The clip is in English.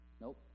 Nope